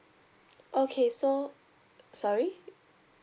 okay so sorry